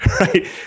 right